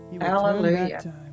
Hallelujah